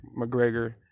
McGregor